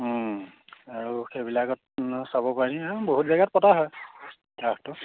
আৰু সেইবিলাকত নো চাব পাৰি আৰু বহুত জেগাত পতা হয় ৰাসটো